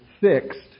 fixed